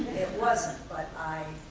wasn't, but i